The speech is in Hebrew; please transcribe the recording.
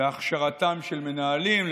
בהכשרתם של מנהלים,